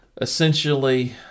essentially